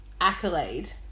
accolade